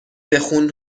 بخون